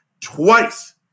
twice